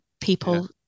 people